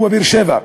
בבאר-שבע,